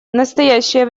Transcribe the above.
настоящее